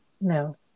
no